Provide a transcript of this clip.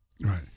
Right